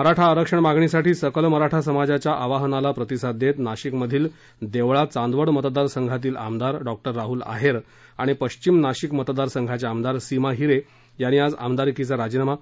मराठा आरक्षण मागणीसाठी सकल मराठा समाजाच्या आवाहनाला प्रतिसाद देत नाशिक मधील देवळा चांदवड मतदार संघातील आमदार डॉ राहूल आहेर आणि पश्चिम नाशिक मतदार संघाच्या आमदार सीमा हिरे यांनी आज आमदारकीचा राजीनामा